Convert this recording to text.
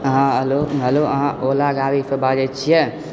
हँ hello hello अहाँ Ola गाड़ीसँ बाजए छियै